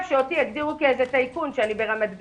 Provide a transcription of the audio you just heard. שאותי יגדירו כטייקון בגלל שאני ברמת גן.